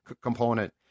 component